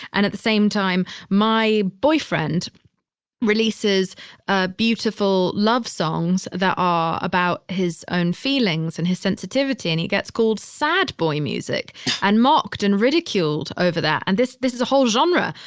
and at the same time, my boyfriend releases ah beautiful love songs that are about his own feelings and his sensitivity, and he gets called sad boy music and mocked and ridiculed over that. and this this is a whole genre,